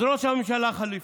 אז ראש הממשלה החליפי,